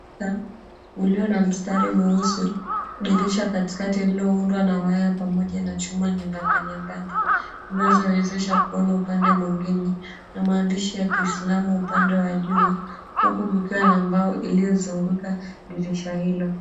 ...ulio na mstari mweusi dirisha ya katikati iliyoundwa na waya pamoja na chuma nyebamba nyebamba inazowezesha kuona upande mwingine na maandishi ya Kiislamu upande wa juu huku kukiwa na mbao iliyozunguka dirisha hilo.